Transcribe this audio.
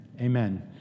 Amen